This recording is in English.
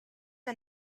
are